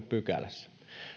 pykälässä